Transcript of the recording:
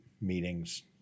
meetings